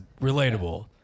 relatable